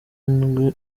indwi